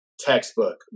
textbook